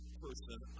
person